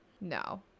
No